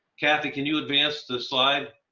kathe, can you advance the slide?